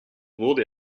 wurde